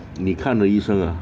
你看的医生啊